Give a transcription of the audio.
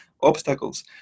obstacles